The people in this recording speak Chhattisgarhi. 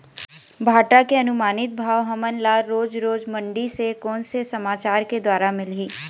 भांटा के अनुमानित भाव हमन ला रोज रोज मंडी से कोन से समाचार के द्वारा मिलही?